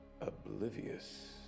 Oblivious